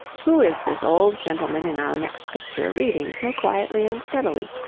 who is this old gentleman in our next picture reading so quietly and steadily?